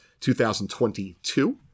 2022